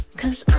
cause